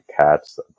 cats